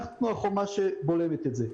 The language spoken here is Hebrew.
אנחנו החומה שבולמת את זה.